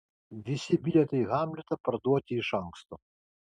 visi bilietai į hamletą parduoti iš anksto